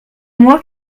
moi